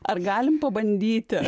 ar galim pabandyti